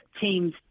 teams